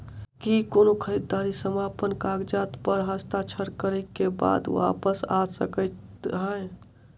की कोनो खरीददारी समापन कागजात प हस्ताक्षर करे केँ बाद वापस आ सकै है?